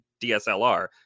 DSLR